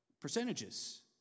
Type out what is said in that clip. percentages